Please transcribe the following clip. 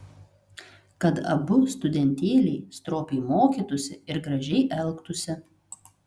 kad abu studentėliai stropiai mokytųsi ir gražiai elgtųsi